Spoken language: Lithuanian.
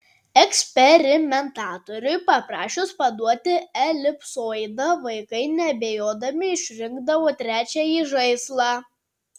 eksperimentatoriui paprašius paduoti elipsoidą vaikai neabejodami išrinkdavo trečiąjį žaislą